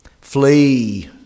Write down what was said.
Flee